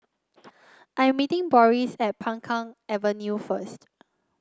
I'm meeting Boris at Peng Kang Avenue first